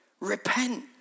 Repent